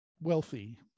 wealthy